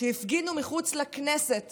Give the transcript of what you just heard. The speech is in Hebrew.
שהפגינו מחוץ לכנסת